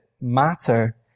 matter